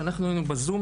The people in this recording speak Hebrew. כשאנחנו היינו בזום,